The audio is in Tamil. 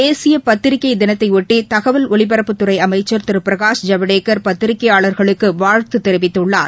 தேசிய பத்திரிகை தினத்தையொட்டி தகவல் ஒலிபரப்புத்துறை அமைச்சா் திரு பிரகாஷ் ஜவடேக்கர் பத்திரிகையாளர்களுக்கு வாழ்த்து தெரிவித்துள்ளார்